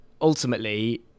ultimately